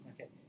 okay